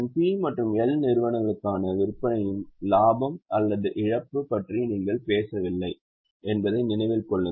P மற்றும் L நிறுவனங்களுக்கான விற்பனையின் லாபம் அல்லது இழப்பு பற்றி நாங்கள் பேசவில்லை என்பதை நினைவில் கொள்ளுங்கள்